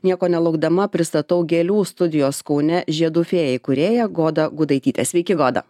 nieko nelaukdama pristatau gėlių studijos kaune žiedų fėja įkūrėją godą gudaitytę sveiki goda